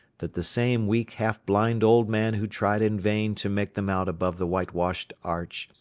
that the same weak half-blind old man who tried in vain to make them out above the whitewashed arch,